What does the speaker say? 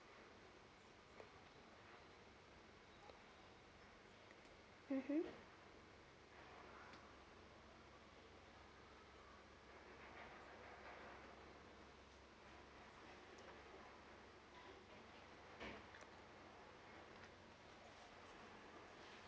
mmhmm